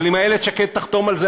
אבל אם איילת שקד תחתום על זה,